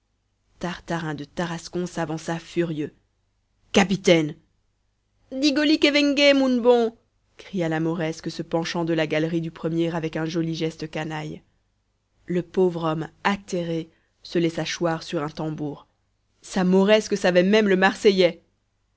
tartarin de tarascon s'avança furieux capitaine digo li qué vengué moun bon cria la mauresque se penchant de la galerie du premier avec un joli geste canaille page le pauvre homme atterré se laissa choir sur un tambour sa mauresque savait même le marseillais